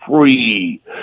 free